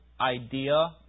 idea